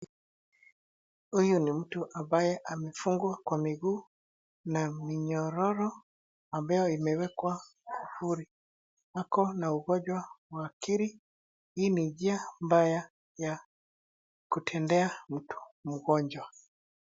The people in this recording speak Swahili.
Huyu ni mtu ambaye amefungwa kwa miguu na minyororo ambayo imewekwa kifuli. Ako na ugonjwa wa akili. Hii ni njia mbaya ya kutendea mtu mgonjwa.